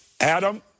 Adam